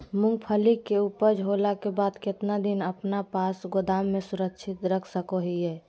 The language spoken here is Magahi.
मूंगफली के ऊपज होला के बाद कितना दिन अपना पास गोदाम में सुरक्षित रख सको हीयय?